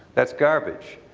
that's garbage.